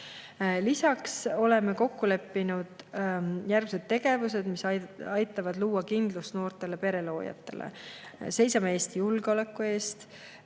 Lisaks oleme kokku leppinud järgmised tegevused, mis aitavad luua kindlust noortele pere loojatele. Seisame Eesti julgeoleku eest,